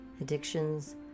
addictions